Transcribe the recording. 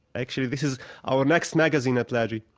actually, this is our next magazine at lajee,